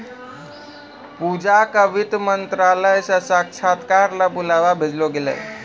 पूजा क वित्त मंत्रालय स साक्षात्कार ल बुलावा भेजलो गेलै